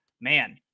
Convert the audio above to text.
man